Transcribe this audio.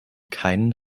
keinen